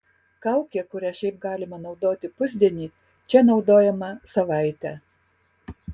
kaukė kurią šiaip galima naudoti pusdienį čia naudojama savaitę